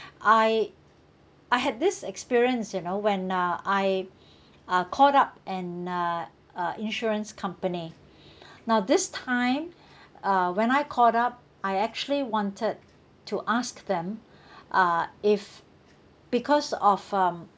I I had this experience you know when uh I uh called up an uh uh insurance company now this time uh when I called up I actually wanted to ask them uh if because of um